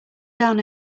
down